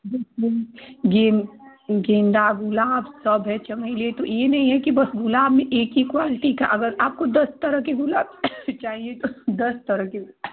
गेंद गेंदा गुलाब सब है चमेली तो यह नहीं है कि बस गुलाब में एक ही क्वालिटी का अगर आपको दस तरह के गुलाब चाहिए तो दस तरह के